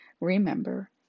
remember